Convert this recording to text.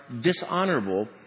dishonorable